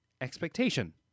expectation